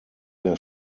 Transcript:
der